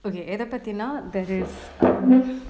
okay எத பத்தினா:etha pathina that is